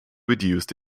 reduced